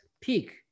peak